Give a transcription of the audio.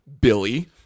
Billy